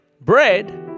bread